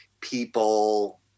people